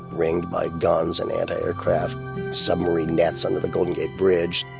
ringed by guns and anti-aircraft submarine nets under the golden gate bridge.